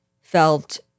felt